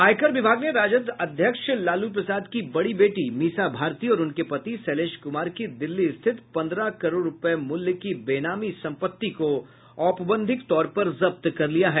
आयकर विभाग ने राजद अध्यक्ष लालू प्रसाद की बड़ी बेटी मीसा भारती और उनके पति शैलेश कुमार की दिल्ली स्थित पंद्रह करोड़ रूपये मूल्य की बेनामी संपत्ति को औपबंधिक तौर पर जब्त कर लिया है